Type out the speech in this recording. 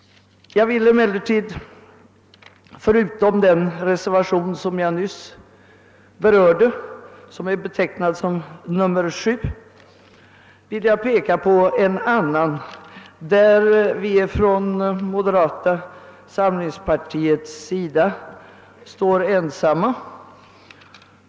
Jag vill emellertid — förutom den reservation som jag nyss berörde och som är betecknad med nr 7 — peka på en annan reservation där vi från moderata samlingspartiets sida står ensamma.